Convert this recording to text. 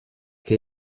que